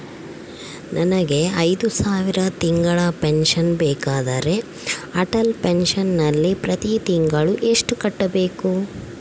ನನಗೆ ಐದು ಸಾವಿರ ತಿಂಗಳ ಪೆನ್ಶನ್ ಬೇಕಾದರೆ ಅಟಲ್ ಪೆನ್ಶನ್ ನಲ್ಲಿ ಪ್ರತಿ ತಿಂಗಳು ಎಷ್ಟು ಕಟ್ಟಬೇಕು?